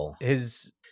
his-